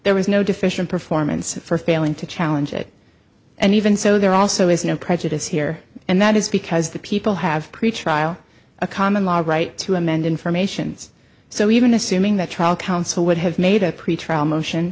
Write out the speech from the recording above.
there was no deficient performance for failing to challenge it and even so there also is no prejudice here and that is because the people have pretrial a common law right to amend informations so even assuming that trial counsel would have made a pretrial motion